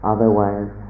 Otherwise